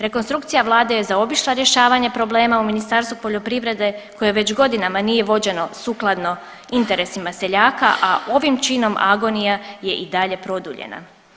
Rekonstrukcija vlade je zaobišla rješavanje problema u Ministarstvu poljoprivrede koje već godinama nije vođeno sukladno interesima seljaka, a ovim činom agonija je i dalje produljena.